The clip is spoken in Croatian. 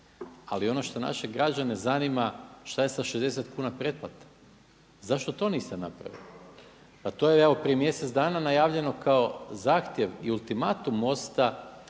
Ali ono što naše građane zanima što je sa 60 kuna pretplate. Zašto to niste napravili? Pa to je evo prije mjesec dana najavljeno kao zahtjev i ultimatum MOST-a